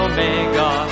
Omega